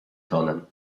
tonem